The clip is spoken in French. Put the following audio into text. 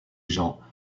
gens